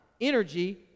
energy